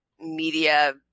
media